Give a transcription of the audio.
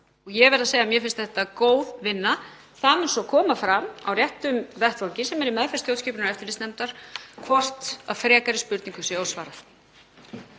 ég verð að segja að mér finnst þetta góð vinna. Það mun svo koma fram á réttum vettvangi, sem er í meðferð stjórnskipunar- og eftirlitsnefndar, hvort frekari spurningum sé ósvarað.